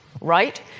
right